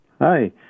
Hi